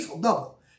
double